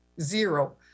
zero